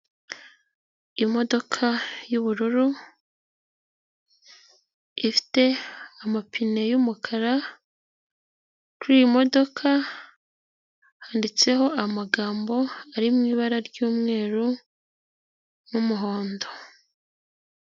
Imodoka y'ubururu ifite amapine y'umukara kuri iyi modoka handitseho amagambo ari mu ibara ry'umweru n'umuhondo.